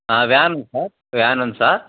van ఎంత sir van ఎంత sir